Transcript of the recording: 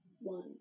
one